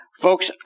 Folks